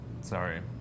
Sorry